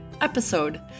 episode